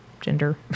gender